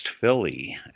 Philly